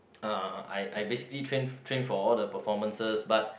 uh I I basically train train for all the performances but